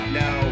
no